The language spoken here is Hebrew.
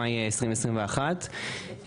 במאי 2021,